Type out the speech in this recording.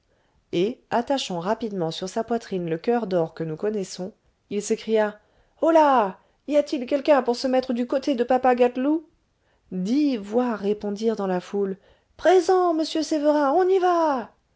et attachant rapidement sur sa poitrine le coeur d'or que nous connaissons il s'écria holà y a-t-il quelqu'un pour se mettre du côté de papa gâteloup dix voix répondirent dans la foule présent monsieur sévérin on y va